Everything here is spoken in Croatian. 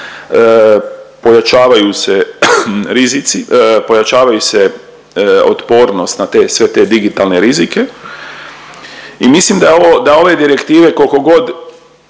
pojačavaju se otpornost na te, sve te digitalne rizike i mislim da je ovo, da ove direktive kolko god